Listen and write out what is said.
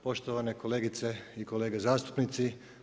Poštovane kolegice i kolege zastupnici.